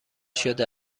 شده